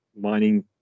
mining